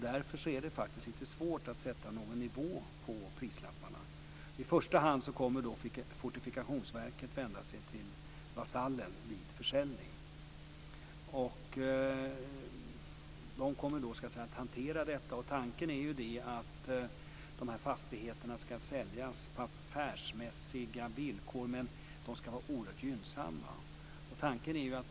Därför är det lite svårt att sätta någon nivå på prislapparna. I första hand kommer Fortifikationsverket att vända sig till Vasallen vid en försäljning. Man kommer då att hantera detta, och tanken är att fastigheterna ska säljas på affärsmässiga villkor men att de ska vara oerhört gynnsamma.